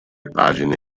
pagine